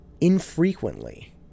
infrequently